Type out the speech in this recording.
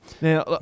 Now